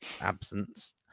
absence